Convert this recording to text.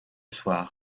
soir